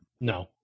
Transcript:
No